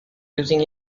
using